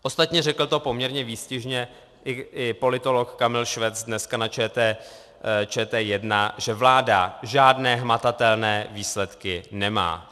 Ostatně řekl to poměrně výstižně i politolog Kamil Švec dneska na ČT1, že vláda žádné hmatatelné výsledky nemá.